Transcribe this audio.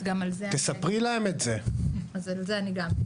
אז גם על זה אני אענה.